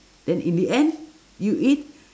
then in the end you eat